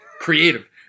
Creative